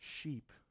sheep